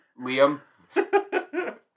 Liam